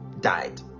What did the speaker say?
died